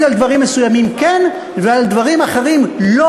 על דברים מסוימים כן ועל דברים אחרים לא,